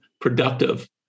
productive